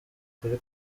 kuri